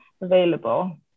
available